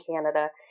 Canada